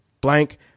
Blank